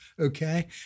okay